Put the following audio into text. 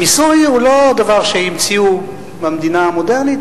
המיסוי הוא לא דבר שהמציאו במדינה המודרנית.